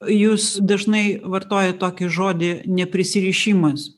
jūs dažnai vartojat tokį žodį neprisirišimas